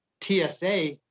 TSA